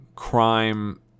Crime